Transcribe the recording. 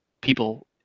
people